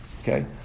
Okay